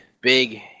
big